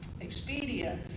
Expedia